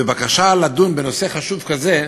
ובקשה לדון בנושא חשוב כזה,